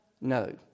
No